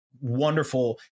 wonderful